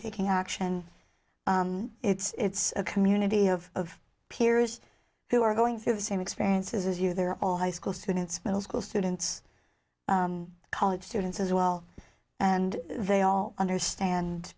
taking action it's a community of peers who are going through the same experiences as you they're all high school students middle school students college students as well and they all understand